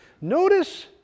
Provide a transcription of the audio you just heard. Notice